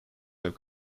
have